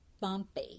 bumpy